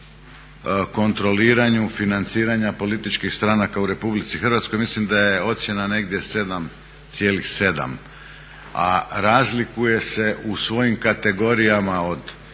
kontroliranju financiranja političkih stranaka u Republici Hrvatskoj. Mislim da je ocjena negdje 7,7, a razlikuje se u svojim kategorijama od